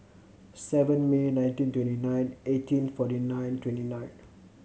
seven May nineteen twenty nine eighteen forty nine twenty nine